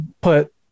put